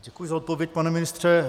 Děkuji za odpověď, pane ministře.